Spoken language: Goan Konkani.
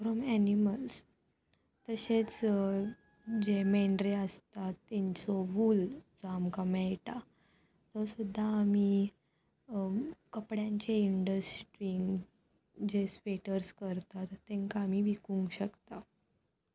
फ्रोम एनिमल्स तशेंच जे मेंढरे आसता तेंचो वूल जो आमकां मेयटा तो सुद्दां आमी कपड्यांचे इंडस्ट्रींग जे स्वेटर्स करतात तेंकां आमी विकूंक शकता